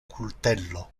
cultello